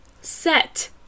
set